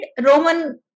roman